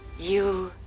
you,